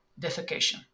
defecation